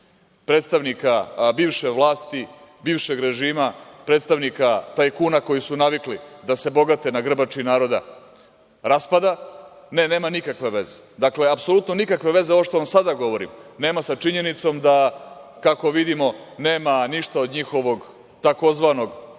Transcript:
predstavnika bivše vlasti bivšeg režima, predstavnika tajkuna koji su navikli da se bogate na grbači naroda raspada, ne, nema nikakve veze. Dakle, apsolutno nikakve veze ovo što vam sada govorim nema sa činjenicom da, kako vidimo, nema ništa od njihovog tzv.